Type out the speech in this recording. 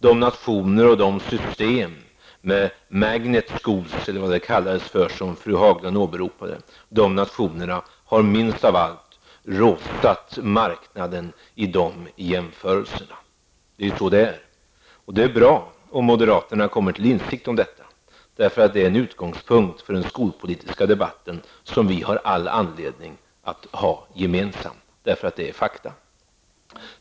De nationer och system med ''magnet schools'' som fru Haglund åberopade har minst av allt rosat marknaden i de jämförelserna. Så är det, och det är bra om moderaterna kommer till insikt om detta. Det är en utgångspunkt för den skolpolitiska debatt som vi har all anledning att föra gemensamt, därför att det är fakta.